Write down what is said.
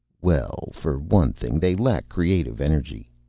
well, for one thing they lack creative energy.